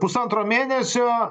pusantro mėnesio